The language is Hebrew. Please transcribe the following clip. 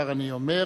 כבר אני אומר,